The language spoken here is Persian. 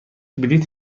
بلیط